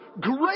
Great